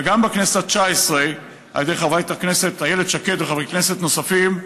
וגם בכנסת התשע עשרה על ידי חברת הכנסת איילת שקד וחברי כנסת נוספים,